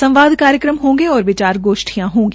संवाद कार्यक्रम होंगे और विचार गोष्ठियां होंगी